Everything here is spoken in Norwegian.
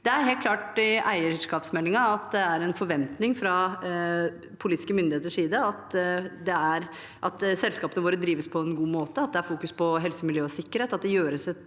Det er helt klart i eierskapsmeldingen at det er en forventning fra politiske myndigheters side, og det er at selskapene våre drives på en god måte, at det fokuseres på helse, miljø og sikkerhet, og at det gjøres et